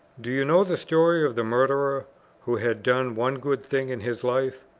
do you know the story of the murderer who had done one good thing in his life?